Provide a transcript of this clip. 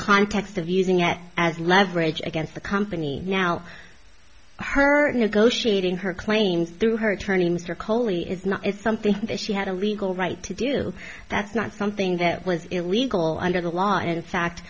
context of using it as leverage against the company now her negotiating her claims through her attorney mr coley is not is something that she had a legal right to do that's not something that was illegal under the law in fact